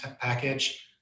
package